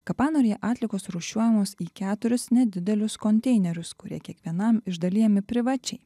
kapanoryje atliekos rūšiuojamos į keturis nedidelius konteinerius kurie kiekvienam išdalijami privačiai